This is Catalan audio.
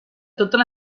totes